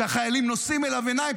שהחיילים נושאים אליו עיניים,